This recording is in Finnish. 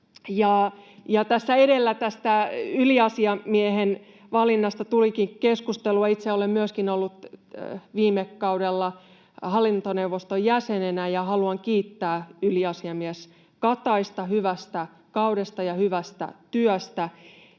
Tässä edellä tästä yliasiamiehen valinnasta tulikin keskustelua. Itse olen myöskin ollut viime kaudella hallintoneuvoston jäsenenä ja haluan kiittää yliasiamies Kataista hyvästä kaudesta ja hyvästä työstä.